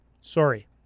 sorry